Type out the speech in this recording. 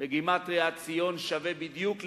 שבגימטריה ציון שווה בדיוק לפיוס,